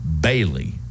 Bailey